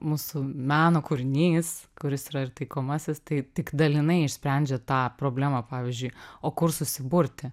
mūsų meno kūrinys kuris yra ir taikomasis tai tik dalinai išsprendžia tą problemą pavyzdžiui o kur susiburti